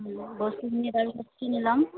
বস্তুখিনি বাৰু কিনি ল'ম